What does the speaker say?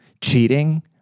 cheating